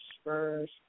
Spurs